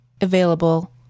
available